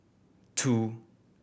two